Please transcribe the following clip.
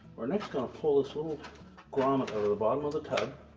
we're next going to pull this little grommet over the bottom of the tub,